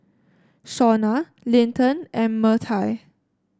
Shauna Linton and Myrtie